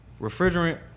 refrigerant